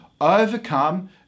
overcome